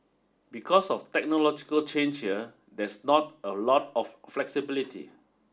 because of technological change here there's not a lot of flexibility